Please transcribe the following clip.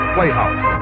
Playhouse